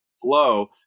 flow